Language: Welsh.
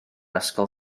ysgol